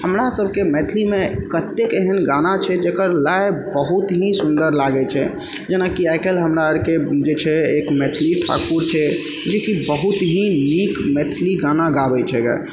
हमरा सबके मैथिलीमे कतेक एहन गाना छै जकर लय बहुत ही सुन्दर लागै छै जेनाकि आइकाल्हि हमरा आओरके जे छै एक मैथिली ठाकुर छै जेकि बहुत ही नीक मैथिली गाना गाबै छै